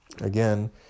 again